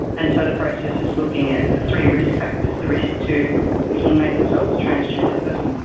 and so the process is looking at the three risk factors the risk to the inmate themselves, the transgendered person,